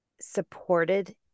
supported